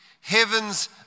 heaven's